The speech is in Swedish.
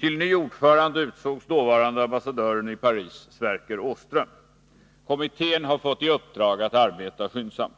Till ny ordförande utsågs dåvarande ambassadö ren i Paris, Sverker Åström. Kommittén har fått i uppdrag att arbeta skyndsamt.